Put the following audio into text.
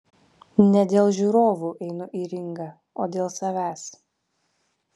ne dėl žiūrovų einu į ringą o dėl savęs